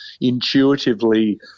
intuitively